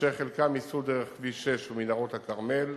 אשר חלקם ייסעו דרך כביש 6 ומנהרות הכרמל,